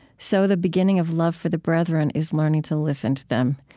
so the beginning of love for the brethren is learning to listen to them.